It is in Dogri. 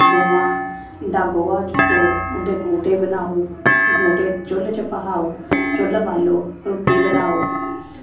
गवां उंदा गोहा चुक्को उंदे गोह्ट्टे बनाओ गोह्ट्टे चुल्ल च भखाओ चुल्ल बाल्लो रुट्टी बनाओ